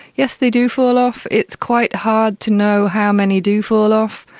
yes, they do fall off. it's quite hard to know how many do fall off,